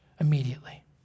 immediately